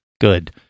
Good